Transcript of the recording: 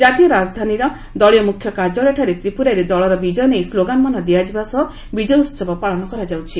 ଜାତୀୟ ରାଜଧାନୀର ଦଳୀୟ ମୁଖ୍ୟ କାର୍ଯ୍ୟାଳୟଠାରେ ତ୍ରିପୁରାରେ ଦଳର ବିଜୟ ନେଇ ସ୍ଲୋଗାନ୍ମାନ ଦିଆଯିବା ସହ ବିକୟୋହବ ପାଳନ କରାଯାଉଛି